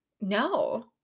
No